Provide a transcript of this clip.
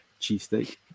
cheesesteak